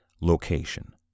location